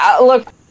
look